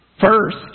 First